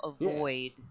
avoid